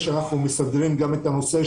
זה אמרתי בצורה מאוד ברורה,